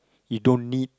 you don't need